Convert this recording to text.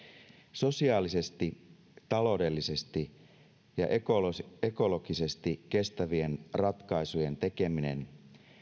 sosiaalisesti taloudellisesti ja ekologisesti ekologisesti kestävien ratkaisujen tekeminen